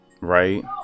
Right